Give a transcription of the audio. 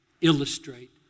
illustrate